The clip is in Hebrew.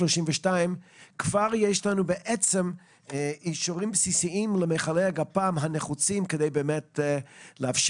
כבר יש לנו בעצם אישורים בסיסיים למכלי הגפ"מ הנחוצים כדי לאפשר